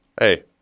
Hey